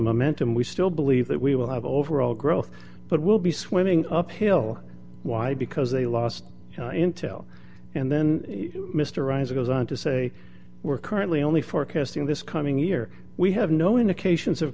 momentum we still believe that we will have overall growth but will be swimming uphill why because they lost intel and then mr ries goes on to say we're currently only forecasting this coming year we have no indications of